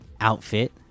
outfit